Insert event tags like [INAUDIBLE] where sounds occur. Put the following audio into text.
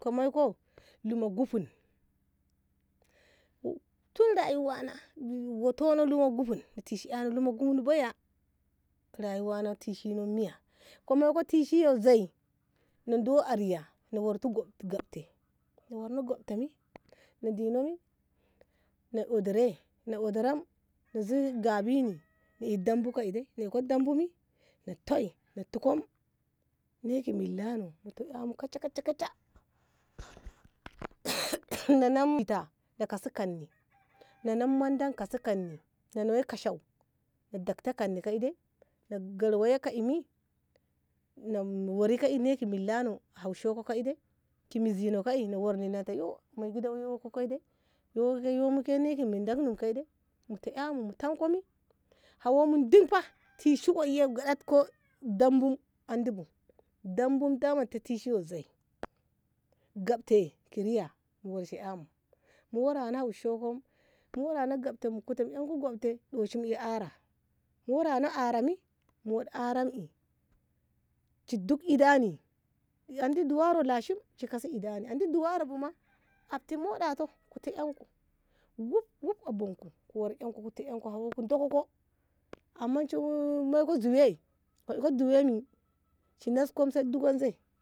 ko moiko lama no guffun tunda lawana watana wato duffun rayuwano tishene miya ko maiko tishiye zoi ko moiko a riya na warko guffto mi na ey dare na ae dare [NOISE] zi gabine na ae dabbo ka ae dambu mi na tae mi ka millano mu teka kasha- kasha [NOISE] na nan fita ka siga ni na nan manda ka siga ni na nandi kashou akanni ka dei de na garwayeka kamin na wuri ina ka millano haushou ka kai de ka mizino kei na warkani nato wei maigida waikone ko mute aymu mu tanku hauwamu dir ko tishe ye ko kaɗ ko andeye dambo andi bu dambu dama matishi ma zui gatte ma riya waise amu warana shokkum mu warana gabta kute doshi mo ey ara warana ara mi wuri ara mi ki duk idanni an di duwaro lashim shi kasi idani andi dowaro buma afti modato ku tanku wuf wuf abuku ku wore aeku ku tanko amman shi moiti zuwei kodko zuweimi shi weit kenso duweimi.